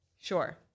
Sure